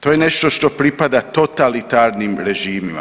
To je nešto što pripada totalitarnim režimima.